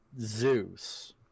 Zeus